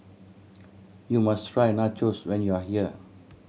you must try Nachos when you are here